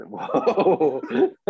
whoa